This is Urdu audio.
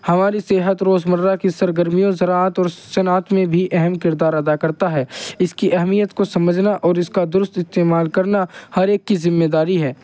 ہماری صحت روزمرہ کی سرگرمیوں زراعت اور صنعت میں بھی اہم کردار ادا کرتا ہے اس کی اہمیت کو سمجھنا اور اس کا درست استعمال کرنا ہر ایک کی ذمےداری ہے